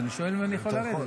אני שואל אם אני יכול לרדת.